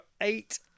eight